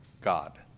God